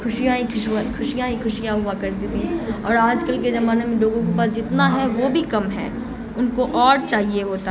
خوشیاں ہی خوشیاں ہی خوشیاں ہوا کر تھیں اور آج کل کے زمانے میں لوگوں کے پاس جتنا ہے وہ بھی کم ہے ان کو اور چاہیے ہوتا